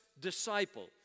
disciple